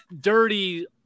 dirty